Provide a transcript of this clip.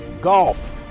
golf